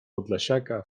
podlasiaka